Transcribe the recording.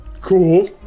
cool